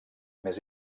més